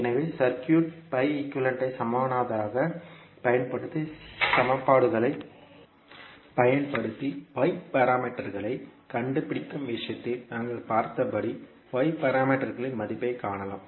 எனவே circuit pi equivalent ஐ சமமானதைப் பயன்படுத்தி சமன்பாடுகளைப் பயன்படுத்தி y பாராமீட்டரகளைக் கண்டுபிடிக்கும் விஷயத்தில் நாங்கள் பார்த்தபடி y பாராமீட்டரகளின் மதிப்பைக் காணலாம்